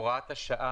השעה,